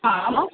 हां मग